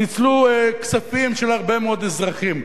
ניצלו כספים של הרבה מאוד אזרחים.